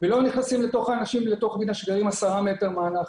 ולא נכנסים לבתי האנשים שגרים עשרה מטרים מהנחל.